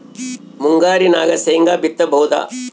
ಮುಂಗಾರಿನಾಗ ಶೇಂಗಾ ಬಿತ್ತಬಹುದಾ?